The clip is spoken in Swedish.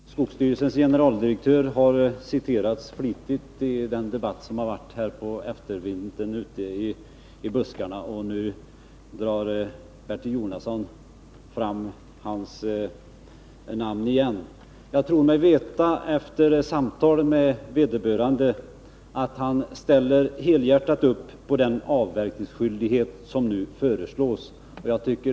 Fru talman! Skogsstyrelsens generaldirektör har citerats flitigt i den debatt som förts under eftervintern ute i buskarna, och nu drar Bertil Jonasson fram hans namn igen. Jag tror mig veta, efter samtal med vederbörande, att han helhjärtat ställer upp på den avverkningsskyldighet som nu har föreslagits.